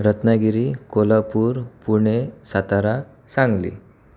Ratnagiri Kolhapur Pune Satara Sangli